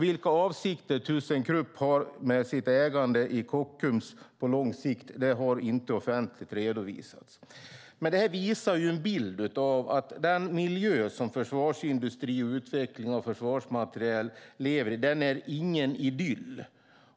Vilka avsikter Thyssen Krupp har med sitt ägande i Kockums på lång sikt har inte redovisats offentligt. Detta ger en bild av att den miljö som försvarsindustri och utveckling av försvarsmateriel lever i inte är någon idyll.